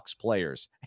players